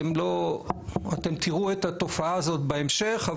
אתם תיראו את התופעה הזאת בהמשך,